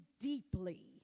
deeply